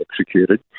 executed